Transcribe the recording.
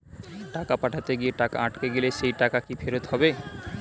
টাকা পাঠাতে গিয়ে টাকা আটকে গেলে সেই টাকা কি ফেরত হবে?